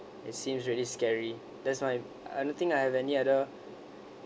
it seems really scary that's why I don't think I have any other